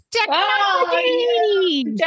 Technology